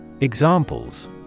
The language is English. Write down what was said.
Examples